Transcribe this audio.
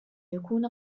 يكون